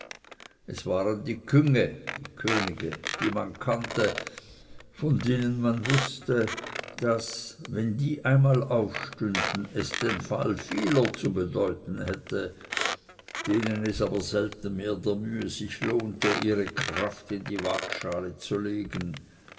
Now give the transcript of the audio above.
es waren die künge die man kannte von denen man wußte daß wenn die einmal aufstünden es den fall vieler zu bedeuten hätte denen es aber selten mehr der mühe sich lohnte ihre kraft in die wagschale zu legen